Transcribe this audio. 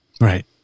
Right